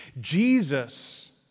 Jesus